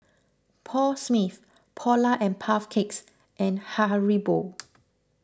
Paul Smith Polar and Puff Cakes and Haribo